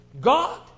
God